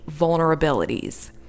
vulnerabilities